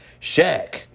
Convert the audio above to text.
Shaq